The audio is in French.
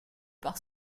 par